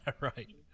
Right